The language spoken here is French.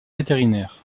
vétérinaire